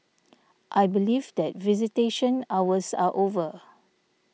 I believe that visitation hours are over